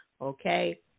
okay